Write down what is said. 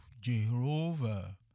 Jehovah